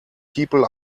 people